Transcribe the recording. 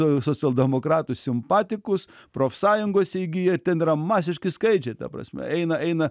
socialdemokratų simpatikus profsąjungose įgyja ten yra masiški skaičiai ta prasme eina eina